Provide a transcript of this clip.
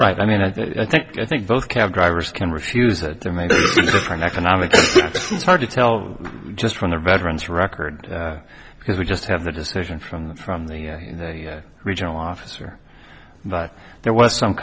right i mean i think i think both cab drivers can refuse that there may be an economic it's hard to tell just from the veterans records because we just have the decision from the from the regional officer but there was some